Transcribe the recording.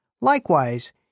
Likewise